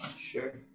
Sure